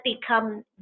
become